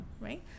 right